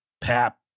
Pap